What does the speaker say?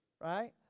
Right